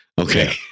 okay